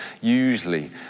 usually